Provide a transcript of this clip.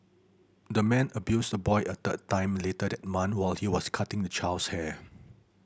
the man abused the boy a third time later that month while he was cutting the child's hair